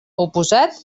oposat